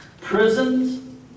Prisons